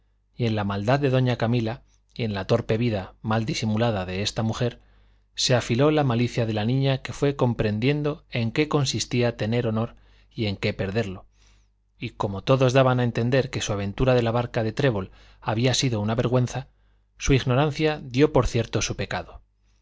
en la maldad de doña camila y en la torpe vida mal disimulada de esta mujer se afiló la malicia de la niña que fue comprendiendo en qué consistía tener honor y en qué perderlo y como todos daban a entender que su aventura de la barca de trébol había sido una vergüenza su ignorancia dio por cierto su pecado